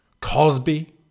Cosby